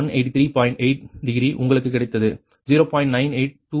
8 degree உங்களுக்கு கிடைத்தது 0